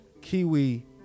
kiwi